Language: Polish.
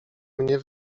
mnie